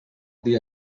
dia